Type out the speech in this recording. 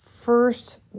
first